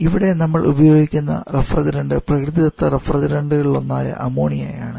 ഇവിടെ നമ്മൾ ഉപയോഗിക്കുന്ന റഫ്രിജറന്റ് പ്രകൃതിദത്ത റഫ്രിജറന്റുകളിലൊന്നായ അമോണിയയാണ്